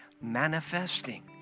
Manifesting